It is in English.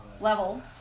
level